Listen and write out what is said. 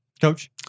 Coach